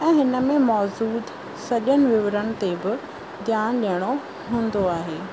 ऐं हिन में मौजूदु सॼनि विविरण ते बि ध्यानु ॾियणो हूंदो आहे